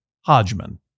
Hodgman